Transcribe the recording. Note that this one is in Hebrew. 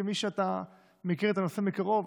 כמי שמכיר את הנושא מקרוב,